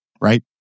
right